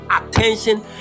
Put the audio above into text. attention